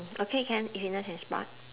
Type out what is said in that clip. okay can fitness and sport